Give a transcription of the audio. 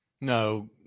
No